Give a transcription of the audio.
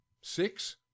six